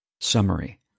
Summary